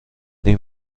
این